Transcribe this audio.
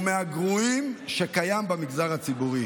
הוא מהגרועים שקיים במגזר הציבורי.